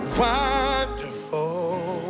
wonderful